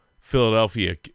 Philadelphia